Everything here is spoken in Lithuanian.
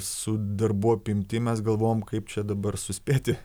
su darbų apimtim mes galvojom kaip čia dabar suspėti